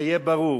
שיהיה ברור.